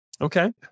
Okay